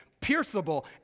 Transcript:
pierceable